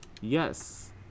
yes